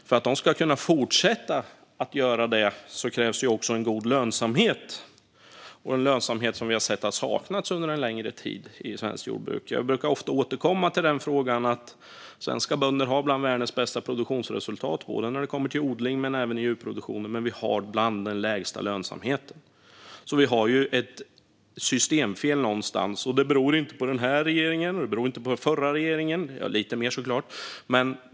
För att de ska kunna fortsätta att göra det krävs god lönsamhet, vilket har saknats i svenskt jordbruk under en längre tid. Jag brukar ofta återkomma till detta: Svenska bönders produktionsresultat är bland världens bästa både när det gäller odling och när det gäller djurproduktion, men lönsamheten är bland de sämsta. Vi har ett systemfel någonstans. Det beror inte på den här regeringen eller på den förra regeringen - lite mer beror det förresten på den förra regeringen, såklart.